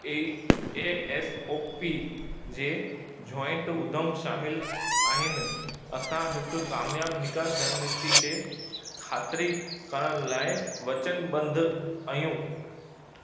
एइ A S O P J joint उद्यम शामिलु आहिनि असां हिकु क़ामयाबु निकाश रणनीति खे खातरी करण लाइ वचनबध्द आहियूं